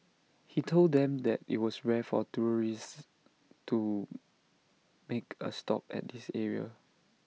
he told them that IT was rare for tourists to make A stop at this area